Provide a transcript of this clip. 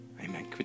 amen